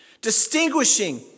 Distinguishing